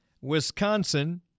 Wisconsin